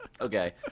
Okay